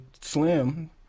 Slim